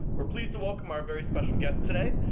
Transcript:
we're pleased to welcome our very special guest today.